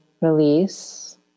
release